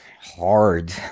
hard